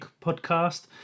podcast